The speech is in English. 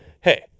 Hey